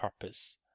purpose